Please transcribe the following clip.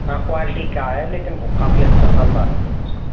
हाँ क्वालिटी का है लेकिन काफी वह अच्छा शानदार है लुक उसका